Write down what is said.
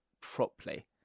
properly